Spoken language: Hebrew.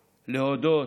להודות,